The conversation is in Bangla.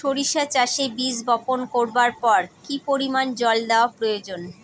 সরিষা চাষে বীজ বপন করবার পর কি পরিমাণ জল দেওয়া প্রয়োজন?